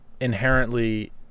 inherently